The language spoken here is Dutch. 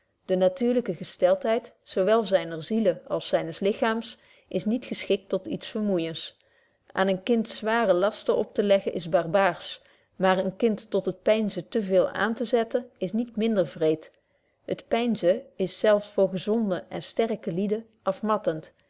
de natuurlyke gesteltheid zo wel zyner ziele als zynes lichaams is niet geschikt tot iets vermoeijens aan een kind zware lasten op te leggen is barbaarsch maar een kind tot het peinzen te veel betje wolff proeve over de opvoeding aan te zetten is niet minder wreed het peinzen is zelf voor gezonde en sterke lieden afmattend